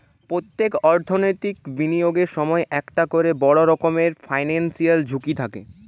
পোত্তেক অর্থনৈতিক বিনিয়োগের সময়ই একটা কোরে বড় রকমের ফিনান্সিয়াল ঝুঁকি থাকে